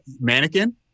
mannequin